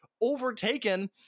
overtaken